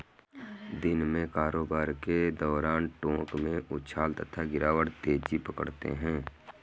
दिन में कारोबार के दौरान टोंक में उछाल तथा गिरावट तेजी पकड़ते हैं